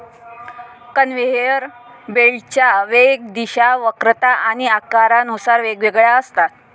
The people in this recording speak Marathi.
कन्व्हेयर बेल्टच्या वेग, दिशा, वक्रता आणि आकारानुसार वेगवेगळ्या असतात